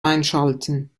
einschalten